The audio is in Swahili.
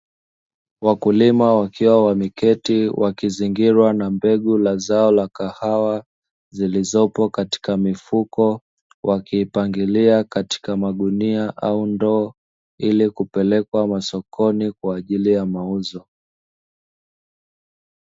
Wakulima wakiwa wameketi wakizingirwa na mbegu la zao la kahawa, zilizopo katika mifuko, wakipangilia katika magunia au ndoo, ili kupelekwa masokoni kwa ajili ya mauzo.